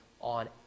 on